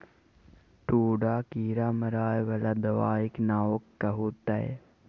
दूटा कीड़ा मारय बला दबाइक नाओ कहू तए